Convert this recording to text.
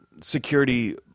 security